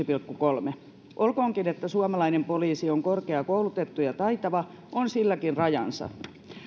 pilkku kolmannen olkoonkin että suomalainen poliisi on korkeakoulutettu ja taitava on silläkin rajansa